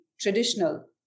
traditional